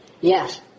Yes